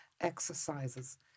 exercises